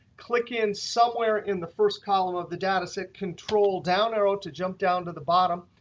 click in somewhere in the first column of the data set. control down arrow to jump down to the bottom.